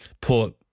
put